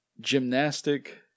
gymnastic